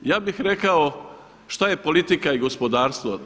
Ja bih rekao šta je politika i gospodarstvo.